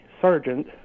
sergeant